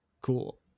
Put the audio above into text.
Cool